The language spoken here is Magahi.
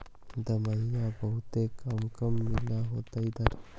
दमाहि बहुते काम मिल होतो इधर?